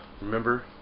remember